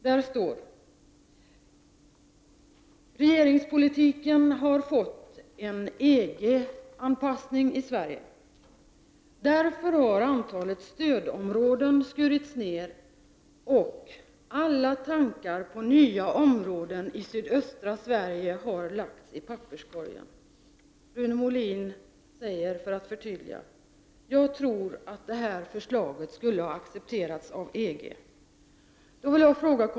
Där står att regeringspolitiken har fått en EG-anpassning. Därför har antalet stödområden skurits ned och alla tankar på nya områden i sydöstra Sverige lagts i papperskorgen. Rune Molin säger för att förtydliga att han tror att förslaget skulle ha accepterats av EG.